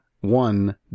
one